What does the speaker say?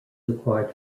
required